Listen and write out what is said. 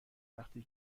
وقتی